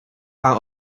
out